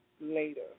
later